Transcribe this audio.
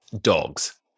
dogs